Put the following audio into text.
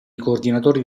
coordinatori